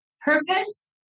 purpose